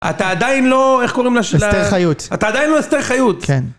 אתה עדיין לא, איך קוראים ל... אסתר חיות. אתה עדיין לא אסתר חיות. כן.